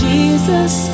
Jesus